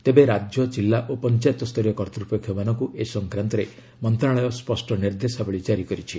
ତେବେ ରାଜ୍ୟ ଜିଲ୍ଲା ଓ ପଞ୍ଚାୟତ ସ୍ତରୀୟ କର୍ତ୍ତୃପକ୍ଷମାନଙ୍କୁ ଏ ସଂକ୍ରାନ୍ତରେ ମନ୍ତ୍ରଣାଳୟ ସ୍ୱଷ୍ଟ ନିର୍ଦ୍ଦେଶାବଳୀ ଜାରି କରିଛି